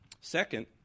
Second